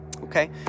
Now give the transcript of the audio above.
okay